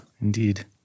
indeed